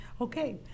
Okay